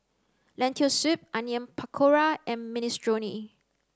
lentil soup Onion Pakora and Minestrone